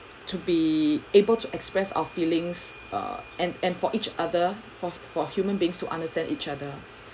to be able to express our feelings err and and for each other for for human beings to understand each other